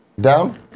Down